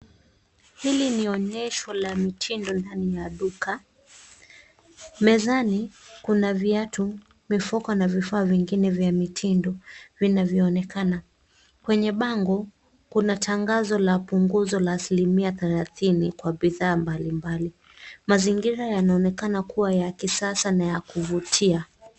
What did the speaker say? Hili ni onyesho la mitindo ndani ya duka. Mezani kuna viatu, mifuko, na vifaa vingine vya mitindo vinavyoonekana. Kwenye bango, kuna tangazo la punguzo la asilimia thelathini kwa bidhaa mbali mbali. Mazingira yanaonekana kua ya kisasa na ya kuvutia.